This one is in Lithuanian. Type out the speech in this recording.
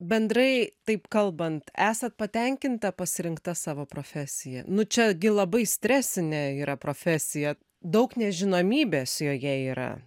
bendrai taip kalbant esat patenkinta pasirinkta savo profesija nu čia gi labai stresinė yra profesija daug nežinomybės joje yra